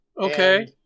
Okay